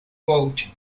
vote